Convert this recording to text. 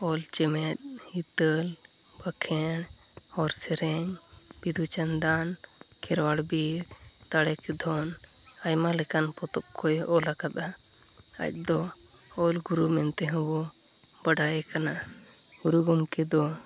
ᱚᱞ ᱪᱮᱢᱮᱫ ᱦᱤᱛᱟᱹᱞ ᱵᱟᱠᱷᱮᱬ ᱦᱚᱲ ᱥᱮᱨᱮᱧ ᱵᱤᱫᱩᱼᱪᱟᱸᱫᱟᱱ ᱠᱷᱮᱨᱣᱟᱲ ᱵᱤᱨ ᱫᱟᱲᱮᱜᱮ ᱫᱷᱚᱱ ᱟᱭᱢᱟ ᱞᱮᱠᱟᱱ ᱯᱚᱛᱚᱵ ᱠᱚᱭ ᱚᱞ ᱟᱠᱟᱫᱟ ᱟᱡᱫᱚ ᱚᱞ ᱜᱩᱨᱩ ᱢᱮᱱᱛᱮᱦᱚᱸ ᱵᱚ ᱵᱟᱲᱟᱭᱮ ᱠᱟᱱᱟ ᱜᱩᱨᱩ ᱜᱚᱢᱠᱮ ᱫᱚ